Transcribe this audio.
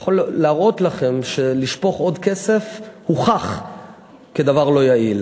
אני יכול להראות לכם שלשפוך עוד כסף הוכח כדבר לא יעיל.